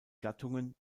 gattungen